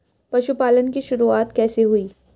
पशुपालन की शुरुआत कैसे हुई?